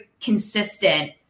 consistent